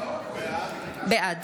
בעד